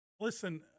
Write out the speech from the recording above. Listen